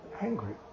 angry